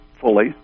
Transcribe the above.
fully